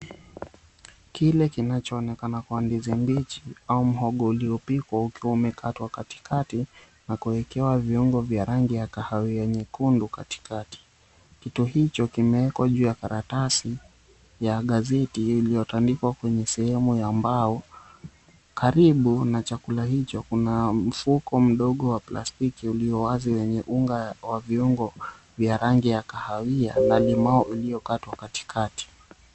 Kile kinachoonekana kuwa ndizi mbichi au mhogo uliopikwa ukiwa umekatwa katikati na kuwekewa viungo vya rangi ya kahawia nyekundu katikati. Kitu hicho kimewekwa juu ya karatasi ya gazeti iliyotandikwa kwenye sehemu ya mbao. Karibu na chakula hicho kuna mfuko mdogo wa plastiki uliowazi wenye unga wa viungo vya rangi ya kahawia na limau iliokatwa katikati.